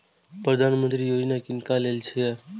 प्रधानमंत्री यौजना किनका लेल छिए?